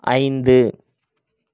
ஐந்து